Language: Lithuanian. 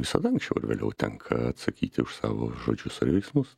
visada anksčiau ar vėliau tenka atsakyti už savo žodžius ar veiksmus